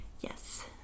Yes